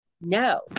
no